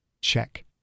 Check